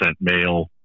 male